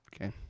okay